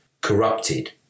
corrupted